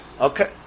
Okay